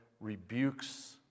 rebukes